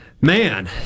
Man